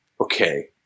okay